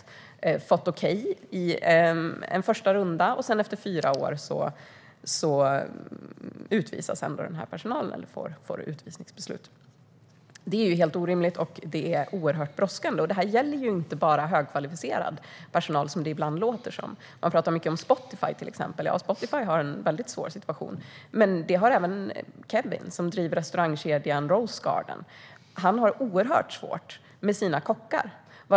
Man har fått okej i en första runda, och sedan får personal ändå ett utvisningsbeslut efter fyra år. Det är helt orimligt och oerhört brådskande. Detta gäller inte bara högkvalificerad personal, som det ibland låter som. Man pratar mycket om Spotify, till exempel. Ja, de har en väldigt svår situation, men det har även Kevin, som driver restaurangkedjan Rosegarden. Han har det oerhört svårt med sina kockar.